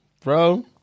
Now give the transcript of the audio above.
bro